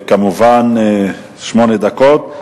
כמובן, שמונה דקות.